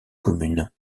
commune